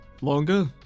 longer